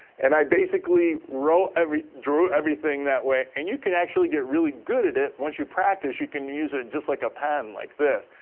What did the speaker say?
and i basically wrote every drew everything that way. and you can actually get really good at it once you practice. you can use it just like a pen, like this.